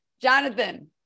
Jonathan